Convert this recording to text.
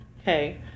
okay